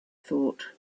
thought